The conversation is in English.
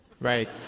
Right